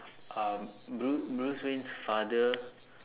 um Bru~ Bruce Wayne's father